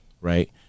right